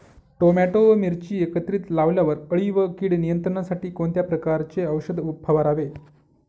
Tomato व मिरची एकत्रित लावल्यावर अळी व कीड नियंत्रणासाठी कोणत्या प्रकारचे औषध फवारावे?